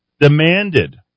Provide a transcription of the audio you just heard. demanded